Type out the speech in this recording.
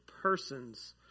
persons